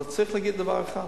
אבל צריך להגיד דבר אחד,